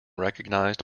recognized